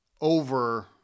over